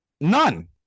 None